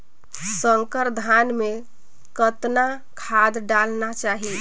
संकर धान मे कतना खाद डालना चाही?